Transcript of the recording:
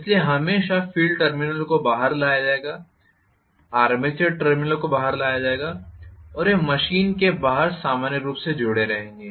इसलिए हमेशा फील्ड टर्मिनलों को बाहर लाया जाएगा आर्मेचर टर्मिनलों को बाहर लाया जाएगा और वे मशीन के बाहर सामान्य रूप से जुड़े रहेंगे